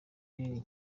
rinini